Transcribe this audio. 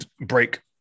break